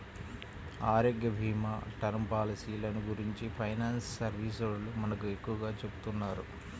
ఆరోగ్యభీమా, టర్మ్ పాలసీలను గురించి ఫైనాన్స్ సర్వీసోల్లు మనకు ఎక్కువగా చెబుతున్నారు